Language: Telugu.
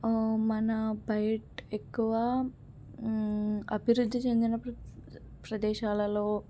మన బైట్ ఎక్కువ అభివృద్ధి చెందిన ప్రదేశాలలో